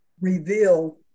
reveal